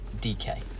DK